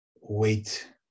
wait